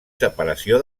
separació